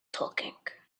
talking